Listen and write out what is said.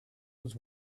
was